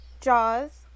Jaws